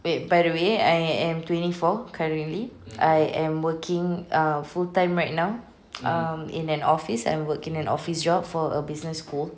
wait by the way I am twenty four currently I am working ah full time right now um in an office I work in an office job for a business school